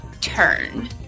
turn